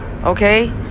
Okay